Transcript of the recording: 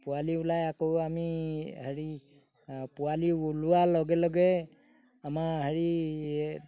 পোৱালি ওলাই আকৌ আমি হেৰি পোৱালি ওলোৱাৰ লগে লগে আমাৰ হেৰি